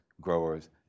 growers